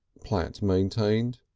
platt maintained.